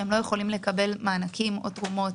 שהם לא יכולים לקבל מענקים או תרומות,